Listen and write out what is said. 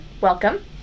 welcome